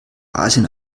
asien